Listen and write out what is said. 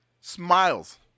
Smiles